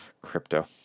crypto